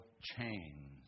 chains